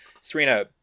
Serena